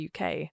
UK